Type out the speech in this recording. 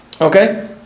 okay